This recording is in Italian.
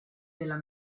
della